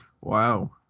Wow